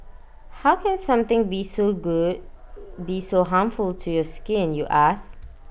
how can something be so good be so harmful to your skin you ask